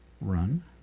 run